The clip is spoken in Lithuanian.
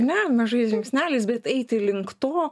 ne mažais žingsneliais bet eiti link to